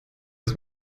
ist